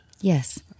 Yes